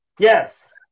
Yes